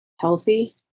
healthy